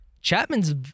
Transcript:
Chapman's